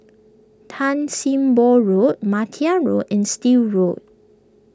Tan Sim Boh Road Martia Road and Still Road